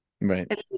Right